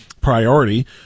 priority